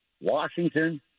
Washington